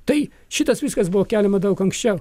tai šitas viskas buvo keliama daug anksčiau